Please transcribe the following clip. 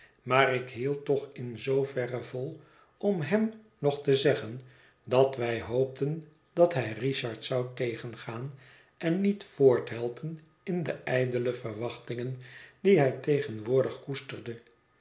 maar ik hield toch in zooverre vol om hem nog te zeggen dat wij hoopten dat hij richard zou tegengaan en niet voorthelpen in de ijdele verwachtingen die hij tegenwoordig koesterde